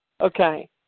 Okay